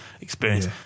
experience